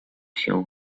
się